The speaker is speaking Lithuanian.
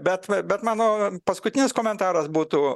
bet va bet mano paskutinis komentaras būtų